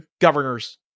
governor's